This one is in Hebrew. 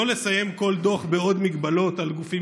לא לסיים כל דוח בעוד מגבלות על גופים